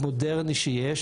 המודרני שיש.